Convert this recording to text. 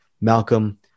Malcolm